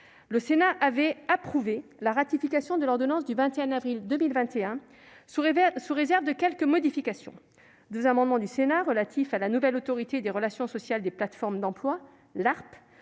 Le Sénat avait approuvé la ratification de l'ordonnance du 21 avril 2021 sous réserve de quelques modifications. Deux amendements du Sénat relatifs à la nouvelle Autorité des relations sociales des plateformes d'emploi, l'ARPE,